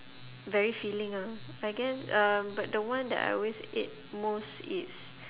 very filling ah I guess um but the one that I always eat most it's